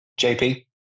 JP